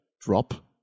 drop